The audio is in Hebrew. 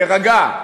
להירגע,